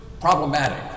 problematic